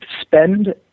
spend